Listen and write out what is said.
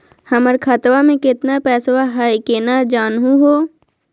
हमर खतवा मे केतना पैसवा हई, केना जानहु हो?